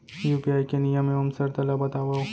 UPI के नियम एवं शर्त ला बतावव